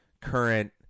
current